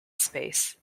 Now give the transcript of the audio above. space